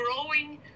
growing